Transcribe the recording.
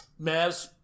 Mavs